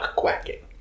quacking